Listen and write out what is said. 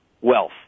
wealth